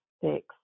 six